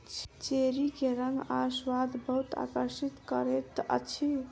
cherry के रंग आ स्वाद बहुत आकर्षित करैत अछि